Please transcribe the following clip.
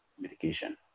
medication